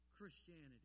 Christianity